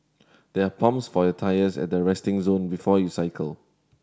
there are pumps for your tyres at the resting zone before you cycle